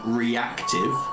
reactive